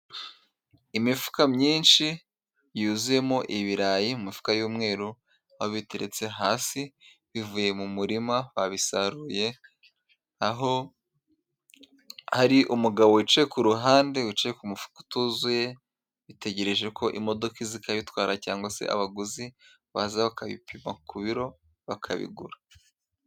Imifuka myinshi yuzuyemo ibirayi, mufuka y'umweru, babiteretse hasi bivuye mu murima wabisaruye aho hari umugabo wicaye kuru ruhande uci mufuka utuzuye, bitegereje ko imodoka zikayitwara cyangwa se abaguzi baza bakayipima ku biro bakabigura.